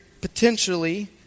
potentially